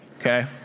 okay